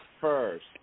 first